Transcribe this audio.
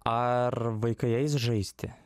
ar vaikai eis žaisti